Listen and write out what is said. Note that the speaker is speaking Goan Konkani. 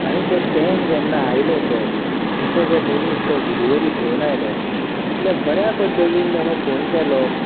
तें पॅन जेन्ना आयलें पळय तुमचो तो मनीस डिलीवरी घेवन आयलो इतल्या बऱ्या पद्दतीन तांणे फोन केलो